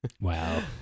Wow